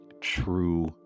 true